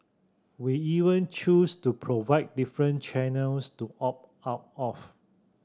we even choose to provide different channels to opt out of